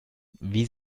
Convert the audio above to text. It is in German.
wie